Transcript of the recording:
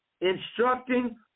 instructing